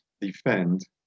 defend